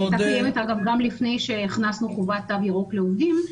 היא הייתה קיימת גם לפני שהכנסנו חובת תו ירוק לעובדים,